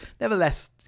nevertheless